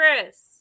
Chris